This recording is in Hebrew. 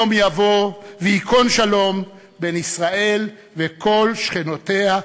יום יבוא וייכון שלום בין ישראל וכל שכנותיה,